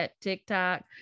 tiktok